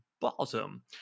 bottom